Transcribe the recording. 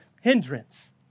hindrance